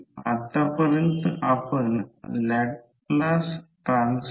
तर दुसऱ्या कॉइलमध्ये N2 1000 अँपिअर आहे आणि ∅21 0